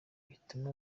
bituma